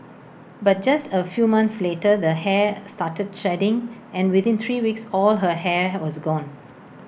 but just A few months later the hair started shedding and within three weeks all her hair was gone